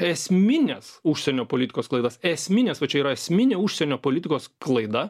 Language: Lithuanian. esmines užsienio politikos klaidas esmines va čia yra esminė užsienio politikos klaida